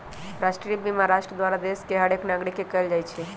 राष्ट्रीय बीमा राष्ट्र द्वारा देश के हरेक नागरिक के कएल जाइ छइ